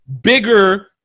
bigger